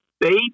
baby